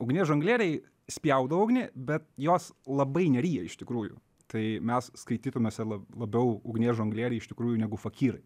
ugnies žonglieriai spjaudo ugnį bet jos labai nerija iš tikrųjų tai mes skaitymesi la labiau ugnies žonglieriai iš tikrųjų negu fakyrai